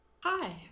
Hi